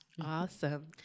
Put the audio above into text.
Awesome